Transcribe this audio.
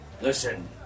Listen